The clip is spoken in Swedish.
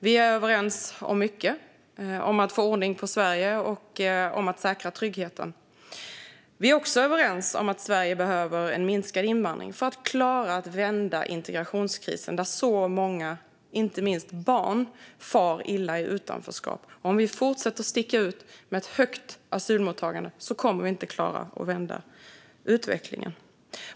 Vi är överens om mycket. Vi är överens om att få ordning på Sverige och om att säkra tryggheten. Vi är också överens om att Sverige behöver en minskad invandring för att klara att vända integrationskrisen, där så många - inte minst barn - far illa i utanförskap. Om Sverige fortsätter att sticka ut med ett högt asylmottagande kommer Sverige inte att klara att vända utvecklingen.